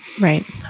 Right